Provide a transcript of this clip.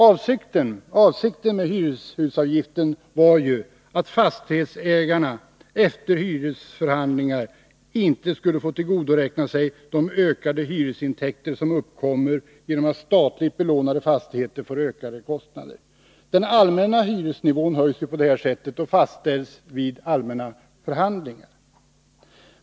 Avsikten med hyreshusavgiften var att fastighetsägarna efter hyresförhandlingar inte skulle få tillgodoräkna sig de ökade hyresintäkter som uppkommer genom att statligt belånade fastigheter får ökade kostnader. Den allmänna hyresnivån höjs ju på detta sätt sedan den fastställts vid allmänna förhandlingar.